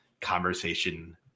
conversation